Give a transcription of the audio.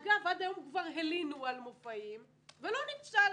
אגב, עד היום כבר הלינו על מופעים ולא נפסל.